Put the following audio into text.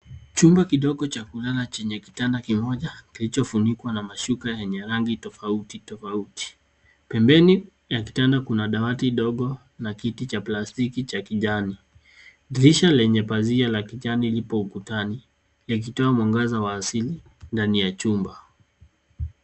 Chumba kidogo cha kulala chenye kitanda kimoja kilichofunikwa na mashuka yenye rangi tofauti tofauti. Pembeni mwa kitanda kuna dawati ndogo na kiti cha plastiki cha kijani. Dirisha lenye pazia la kijani lipo ukutani likitoa mwangaza wa asili ndani ya chumba.